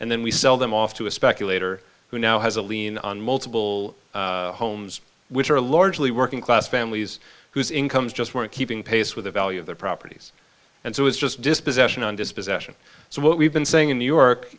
and then we sell them off to a speculator who now has a lien on multiple homes which are largely working class families whose incomes just weren't keeping pace with the value of their properties and so it's just dispossession on dispossession so what we've been saying in new york